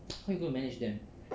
how you going to manage them